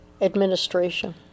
administration